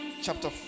chapter